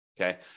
Okay